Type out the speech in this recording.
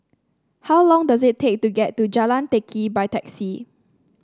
how long does it take to get to Jalan Teck Kee by taxi